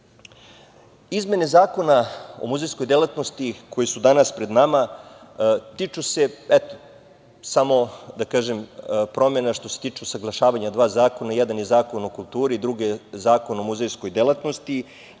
godine. Izmene Zakona o muzejskoj delatnosti koji su danas pred nama, tiču se eto, samo da kažem, promena što se tiče usaglašavanja dva zakona, jedan je Zakon o kulturi, drugi je Zakon o muzejskoj delatnosti